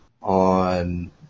on